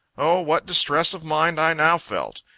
o, what distress of mind i now felt!